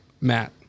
Matt